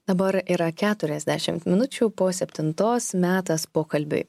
dabar yra keturiasdešim minučių po septintos metas pokalbiui